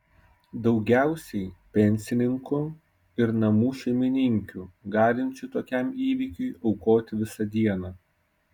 daugiausiai pensininkų ir namų šeimininkių galinčių tokiam įvykiui aukoti visą dieną